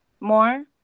more